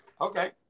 Okay